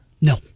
No